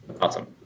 Awesome